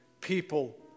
people